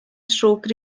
stroke